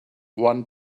one